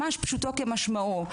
ממש פשוטו כמשמעו,